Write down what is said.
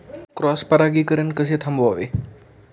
Cross परागीकरण कसे थांबवावे?